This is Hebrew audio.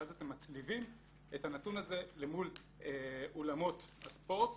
ואז אתם מצליבים את הנתון הזה למול אולמות הספורט,